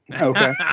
okay